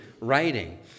writing